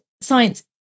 science